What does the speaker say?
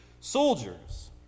soldiers